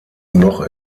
noch